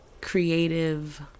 creative